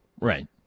Right